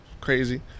crazy